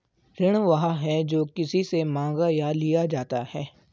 ऋण वह है, जो किसी से माँगा या लिया जाता है